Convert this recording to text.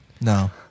No